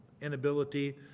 inability